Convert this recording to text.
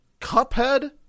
Cuphead